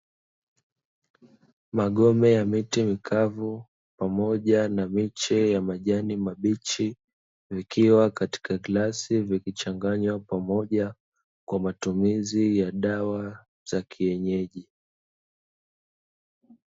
Magome ya miti mikavu, pamoja na miche yenye majani mabichi, vikiwa katika glasi vimechanganywa pamoja, kwa matumizi ya dawa za kienyeji.